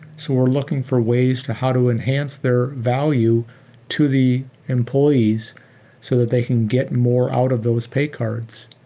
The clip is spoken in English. so we're looking for ways to how to enhance their value to the employees so that they can get more out of those pay cards.